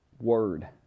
Word